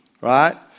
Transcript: right